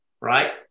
right